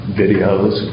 videos